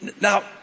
Now